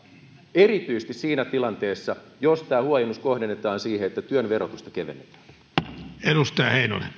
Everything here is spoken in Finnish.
erityisesti siinä tilanteessa että tämä huojennus kohdennetaan siihen että työn verotusta kevennetään